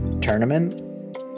tournament